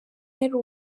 yari